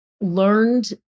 learned